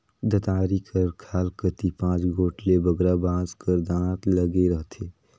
दँतारी कर खाल कती पाँच गोट ले बगरा बाँस कर दाँत लगे रहथे